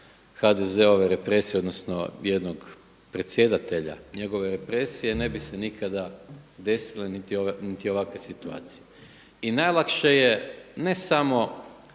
HDZ-ove represije odnosno jednog predsjedatelja njegove represije ne bi se nikada desile niti ovakve situacije. I najlakše je ne samo